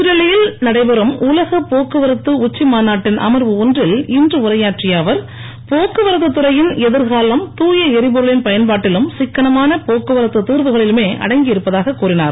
புதுடெல்லியில் நடைபெறும் உலகப் போக்குவரத்து உச்சி மாநாட்டின் அமர்வு ஒன்றில் இன்று உரையாற்றிய அவர் போக்குவரத்து துறையின் எதிர்காலம் தூய எரிபொருளின் பயன்பாட்டிலும் சிக்கனமான போக்குவரத்து தீர்வுகளிலுமே அடங்கியிருப்பதாக கூறினார்